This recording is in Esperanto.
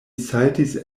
saltis